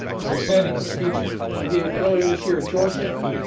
as i said in the speech i gave earlier this year at georgetown,